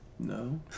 No